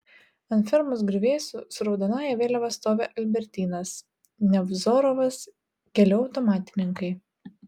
ant fermos griuvėsių su raudonąja vėliava stovi albertynas nevzorovas keli automatininkai